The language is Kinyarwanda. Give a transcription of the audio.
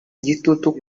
igitutu